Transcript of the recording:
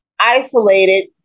isolated